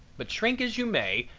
but shrink as you may,